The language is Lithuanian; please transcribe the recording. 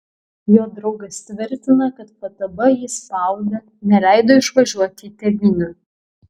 jo draugas tvirtina kad ftb jį spaudė neleido išvažiuoti į tėvynę